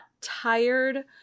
tired